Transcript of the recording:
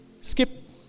skip